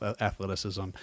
athleticism